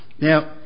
Now